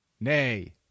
nay